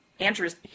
Andrew's